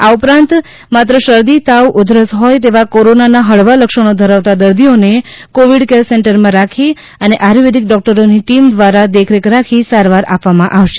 આ ઉપરાંત માત્ર શરદી તાવ ઉધરસ હોય તેવા કોરોનાનાં હળવા લક્ષણો ધરાવતા દર્દીઓને કોવિડ કેર સેન્ટરમાં રાખી અને આયુર્વેદીક ડોકટરોની ટીમ દ્વારા દેખરેખ રાખી સારવાર આપવામાં આવશે